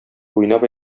уйнап